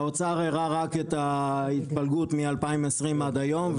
האוצר הראה רק את ההתפלגות מ-2020 עד היום,